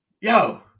Yo